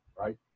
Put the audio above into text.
right